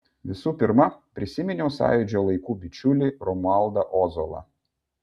visų pirma prisiminiau sąjūdžio laikų bičiulį romualdą ozolą